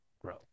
grow